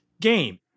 game